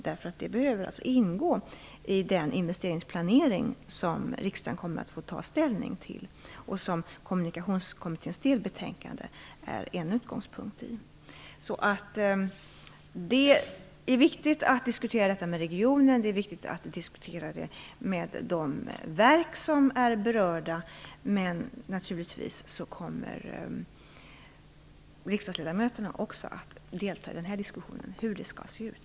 Det arbetet måste ingå i den investeringsplanering som riksdagen kommer att få ta ställning till och som Kommunikationskommitténs delbetänkande är en utgångspunkt för. Det är viktigt att diskutera detta med regionen och de verk som är berörda. Men naturligtvis kommer även riksdagsledamöterna att delta i diskussionen om hur det skall se ut.